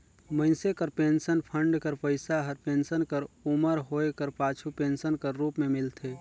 मइनसे कर pension fund कर पइसा हर पेंसन कर उमर होए कर पाछू पेंसन कर रूप में मिलथे